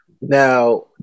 Now